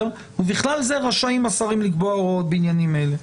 ובכלל זה רשאים השרים לקבוע הוראות בעניינים אלה.